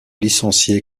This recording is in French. licencié